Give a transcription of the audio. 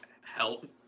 help